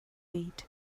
eat